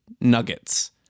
nuggets